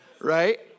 right